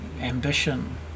ambition